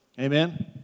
Amen